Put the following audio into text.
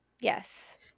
yes